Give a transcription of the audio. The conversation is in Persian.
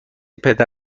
پدر